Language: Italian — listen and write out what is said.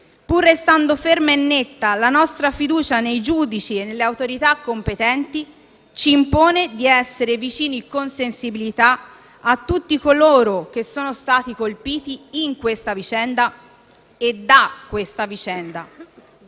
pur restando ferma e netta la nostra fiducia nei giudici e nelle autorità competenti, ci impone di essere vicini con sensibilità a tutti coloro che sono stati colpiti in questa vicenda e da questa vicenda.